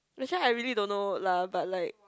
this one I really don't know lah but like